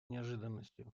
неожиданностью